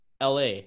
LA